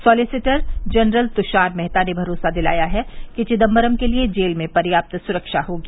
solicitor general Tushar Mehta ने भरोसा दिलाया है कि चिदम्बरम के लिए जेल में पर्याप्त सुरक्षा होगी